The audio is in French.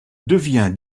devient